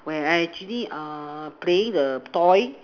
where I actually uh playing the toy